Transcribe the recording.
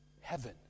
heaven